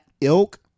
ilk